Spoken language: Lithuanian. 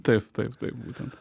taip taip taip būtent